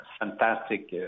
fantastic